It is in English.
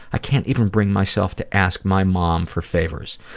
i can't even bring myself to ask my mom for favors.